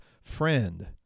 friend